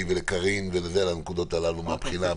ולקארין על הנקודות הללו מבחינה בריאותית,